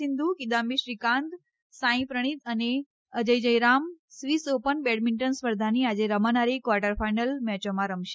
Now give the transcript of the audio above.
સિંધુ કીદામ્બી શ્રીકાંત સાંઇ પ્રણીત અને Ajay Jayaram Swiss open badminton સ્પર્ધાની આજે રમાનારી ક્વાર્ટર ફાઈનલ મેચોમાં રમશે